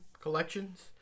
collections